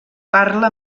parla